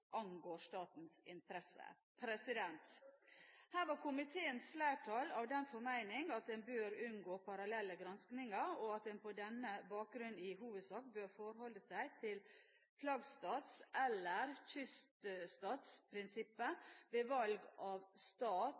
angår statens interesser. Her var komiteens flertall av den formening at en bør unngå parallelle granskinger, og at en på denne bakgrunn i hovedsak bør forholde seg til flaggstats- eller kyststatsprinsippet ved valg av stat